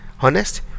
honest